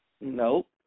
Nope